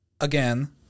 Again